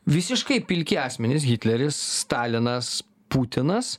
visiškai pilki asmenys hitleris stalinas putinas